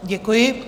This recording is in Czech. Děkuji.